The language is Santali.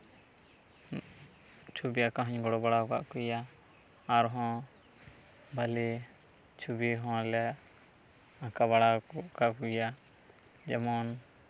ᱪᱷᱚᱵᱤ ᱟᱸᱠᱟᱣ ᱦᱚ ᱧ ᱜᱚᱲᱚ ᱵᱟᱲᱟᱣ ᱠᱟᱜ ᱠᱚ ᱜᱮᱭᱟ ᱟᱨᱦᱚᱸ ᱵᱷᱟᱹᱞᱤ ᱪᱷᱚᱵᱤ ᱦᱚᱸ ᱞᱮ ᱟᱸᱠᱟ ᱵᱟᱲᱟ ᱠᱚ ᱜᱮᱭᱟ ᱡᱮᱢᱚᱱ